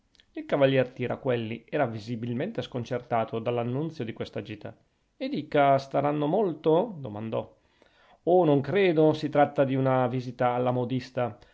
il cavalier tiraquelli era visibilmente sconcertato dall'annunzio di quella gita e dica staranno molto domandò oh non credo si tratta di una visita alla modista